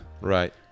Right